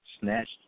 snatched